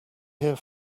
here